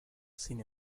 sin